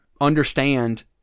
understand